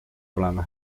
oleme